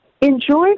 enjoy